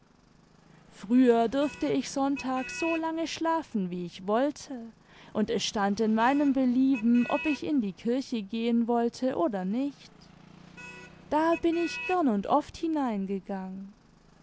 früher durfte ich sonntags so lange schlafen wie ich wollte und es stand in meinem belieben ob ich in die kirche gehen wollte oder nicht da bin ich gern und oft hineingegangen